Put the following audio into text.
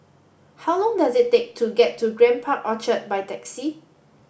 how long does it take to get to Grand Park Orchard by taxi